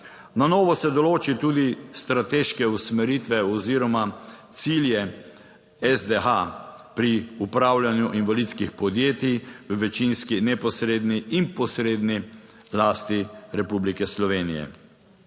Na novo se določi tudi strateške usmeritve oziroma cilje SDH pri upravljanju invalidskih podjetij v večinski neposredni in posredni lasti Republike Slovenije.